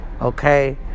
okay